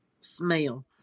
smell